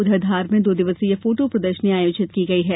उधर धार में दो दिवसीय फोटो प्रदर्शनी आयोजित की गई है